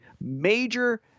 major